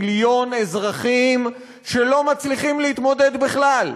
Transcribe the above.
מיליון אזרחים שלא מצליחים להתמודד בכלל,